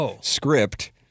script